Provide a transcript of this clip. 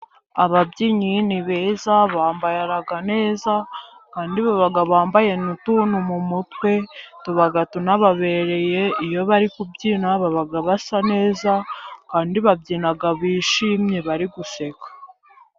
Ababyinnyi ni beza, bambara neza kandi baba bambaye n'utuntu mu mutwe tuba tunababereye, iyo bari kubyina baba basa neza kandi babyina bishimye bari guseka.